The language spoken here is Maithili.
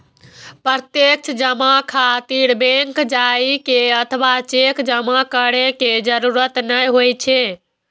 प्रत्यक्ष जमा खातिर बैंक जाइ के अथवा चेक जमा करै के जरूरत नै होइ छै